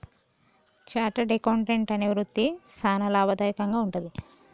chartered accountant అనే వృత్తి సానా లాభదాయకంగా వుంటది